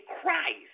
Christ